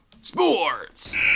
Sports